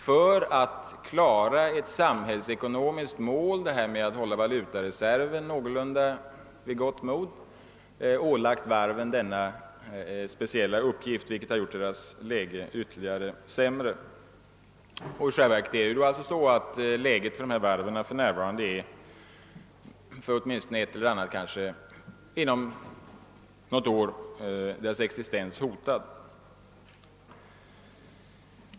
För att klara ett samhällsekonomiskt mål — att hålla valutareserven i någorlunda gott läge — har vi ålagt varven denna speciella uppgift, något som gjort deras läge än sämre. I själva verket är alltså läget för varven — åtminstone för ett och annat — för närvarande sådant, att deras existens inom något år är hotad.